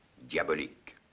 Diabolique